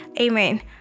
Amen